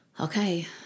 Okay